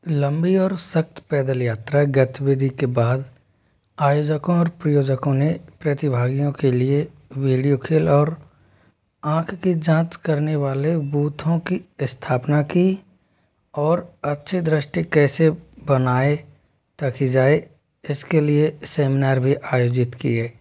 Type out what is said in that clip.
लंबी और सख़्त पैदल यात्रा गतिविधि के बाद आयोजकों और प्रयोजकों ने प्रतिभागियों के लिए वीडियो खेल और आँख की जाँच करने वाले बूथों की स्थापना की और अच्छी दृष्टि कैसे बनाए तकी जाए इसके लिए सेमिनार भी आयोजित किए